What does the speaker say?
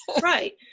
right